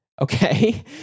Okay